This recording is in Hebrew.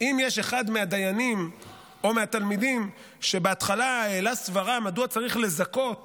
אם אחד מהדיינים או מהתלמידים בהתחלה העלה סברה מדוע צריך לזכות